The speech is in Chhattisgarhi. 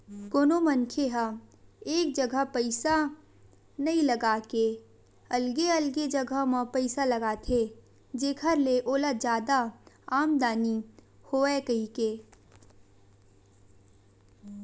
कोनो मनखे ह एक जगा पइसा नइ लगा के अलगे अलगे जगा म पइसा लगाथे जेखर ले ओला जादा आमदानी होवय कहिके